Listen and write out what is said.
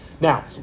Now